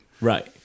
Right